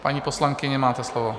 Paní poslankyně, máte slovo.